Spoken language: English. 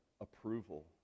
approval